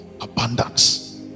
abundance